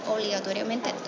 obligatoriamente